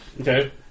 Okay